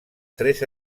tres